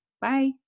Bye